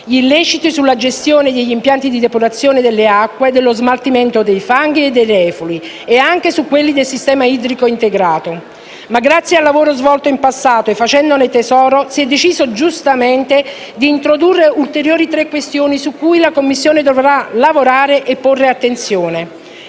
gli illeciti sulla gestione degli impianti di depurazione delle acque, dello smaltimento dei fanghi e dei reflui e anche su quelli del sistema idrico integrato. Grazie al lavoro svolto in passato e avendo fatto di esso tesoro, si è deciso giustamente di introdurre ulteriori tre questioni su cui la Commissione dovrà lavorare e porre attenzione: